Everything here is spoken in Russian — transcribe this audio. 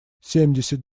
семьдесят